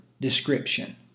description